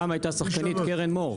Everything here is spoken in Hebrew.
פעם הייתה שחקנית קרן מור,